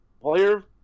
player